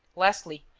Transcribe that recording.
lastly,